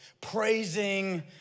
Praising